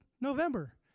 November